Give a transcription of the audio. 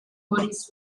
bodies